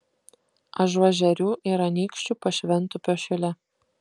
ažuožerių ir anykščių pašventupio šile